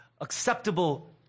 acceptable